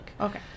Okay